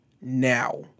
now